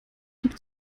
liegt